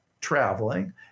traveling